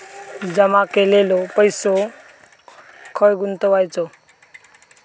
जमा केलेलो पैसो खय गुंतवायचो?